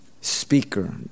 speaker